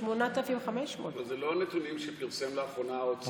8,500. זה לא הפרסומים שפרסם לאחרונה האוצר.